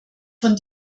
von